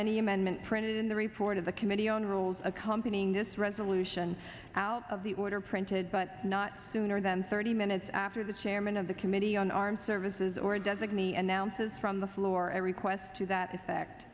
any amendment printed in the report of the committee on rules accompanying this resolution out of the order printed but not sooner than thirty minutes after the chairman of the committee on armed services or designee announces from the floor a request to that effect